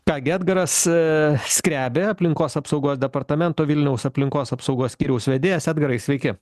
ką gi edgaras į skrebė aplinkos apsaugos departamento vilniaus aplinkos apsaugos skyriaus vedėjas edgarai sveiki